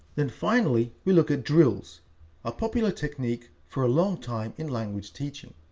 then finally, we look at drills a popular technique for a long time in language teaching.